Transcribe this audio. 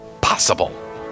possible